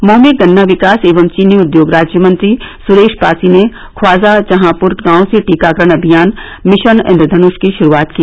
मऊ में गन्ना विकास एवं चीनी उद्योग राज्यमंत्री सुरेश पासी ने ख्वाजाजहांप्र गांव से टीकाकरण अभियान मिशन इंद्रधन्ष की शुरूआत की